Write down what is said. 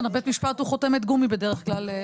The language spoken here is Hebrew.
אצלנו בית המשפט הוא חותמת גומי בדרך כלל.